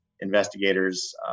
investigators